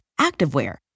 activewear